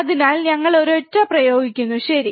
അതിനാൽ ഞങ്ങൾ ഒരൊറ്റ പ്രയോഗിക്കുന്നു ശരി